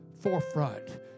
forefront